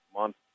month